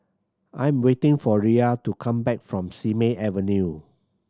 I'm waiting for Riya to come back from Simei Avenue